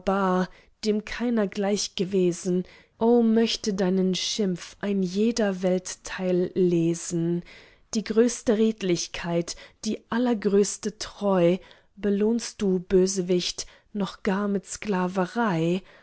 dem keiner gleich gewesen o möchte deinen schimpf ein jeder weltteil lesen die größte redlichkeit die allergrößte treu belohnst du bösewicht noch gar mit sklaverei